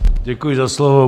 Děkuji za slovo.